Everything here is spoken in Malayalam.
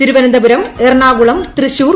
തിരുവനന്തപുരം എറണാകുള്ളൂ തൃശൂർ